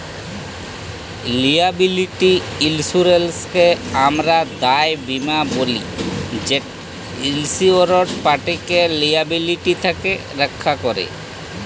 liability ইলসুরেলসকে আমরা দায় বীমা ব্যলি যেট ইলসিওরড পাটিকে লিয়াবিলিটি থ্যাকে রখ্যা ক্যরে